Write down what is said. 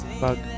Bug